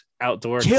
outdoor